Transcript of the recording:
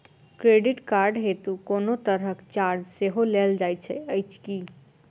Credit card हेतु कोनो तरहक चार्ज सेहो लेल जाइत अछि की?